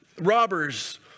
robbers